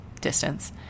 distance